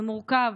זה מורכב,